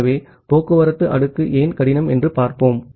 ஆகவே transport layer ஏன் கடினம் என்று பார்ப்போம்